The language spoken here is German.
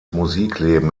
musikleben